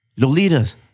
Lolitas